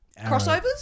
crossovers